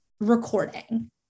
recording